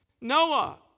Noah